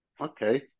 okay